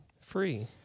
Free